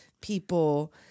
people